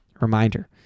Reminder